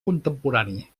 contemporani